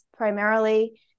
Primarily